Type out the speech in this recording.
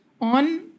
on